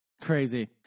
Crazy